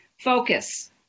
Focus